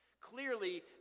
Clearly